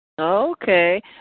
Okay